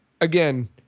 again